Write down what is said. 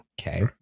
okay